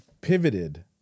pivoted